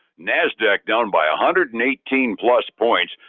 nasdaq down by a hundred and eighteen plus points,